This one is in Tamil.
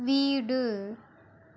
வீடு